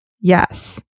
Yes